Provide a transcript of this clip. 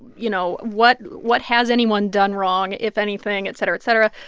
you know, what what has anyone done wrong, if anything, et cetera, et cetera.